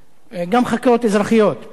גם חקירות אזרחיות, פליליות.